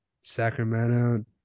Sacramento